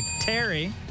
Terry